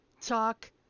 Talk